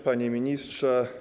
Panie Ministrze!